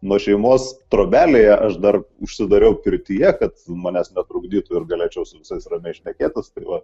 nuo šeimos trobelėje aš dar užsidariau pirtyje kad manęs netrukdytų ir galėčiau su visais ramiai šnekėtis tai va